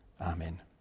amen